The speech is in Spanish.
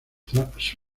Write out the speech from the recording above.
tras